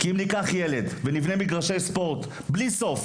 כי אם ניקח ילד ונבנה מגרשי ספורט בלי סוף,